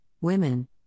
women